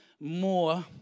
more